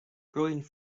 growing